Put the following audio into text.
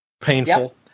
painful